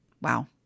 Wow